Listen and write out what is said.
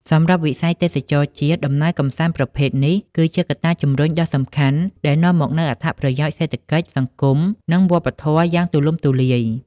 សម្រាប់វិស័យទេសចរណ៍ជាតិ ដំណើរកម្សាន្តប្រភេទនេះគឺជាកត្តាជំរុញដ៏សំខាន់ដែលនាំមកនូវអត្ថប្រយោជន៍សេដ្ឋកិច្ច សង្គម និងវប្បធម៌យ៉ាងទូលំទូលាយ។